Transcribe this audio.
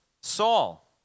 Saul